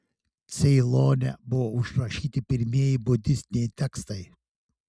ceilone buvo užrašyti pirmieji budistiniai tekstai